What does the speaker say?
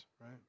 right